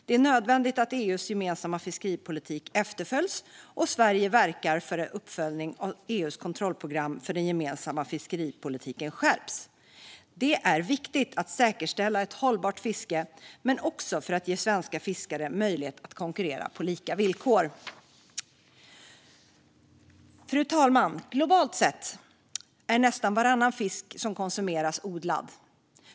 Det är nödvändigt att EU:s gemensamma fiskeripolitik efterföljs, och Sverige verkar för att en uppföljning av EU:s kontrollprogram för den gemensamma fiskeripolitiken skärps. Det är viktigt för att säkerställa ett hållbart fiske men också för att ge svenska fiskare möjlighet att konkurrera på lika villkor. Fru talman! Globalt sett är nästan varannan fisk som konsumeras odlad.